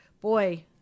Boy